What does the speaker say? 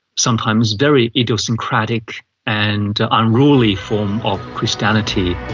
sometimes very idiosyncratic and unruly form of christianity.